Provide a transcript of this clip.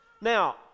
Now